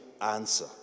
answer